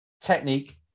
technique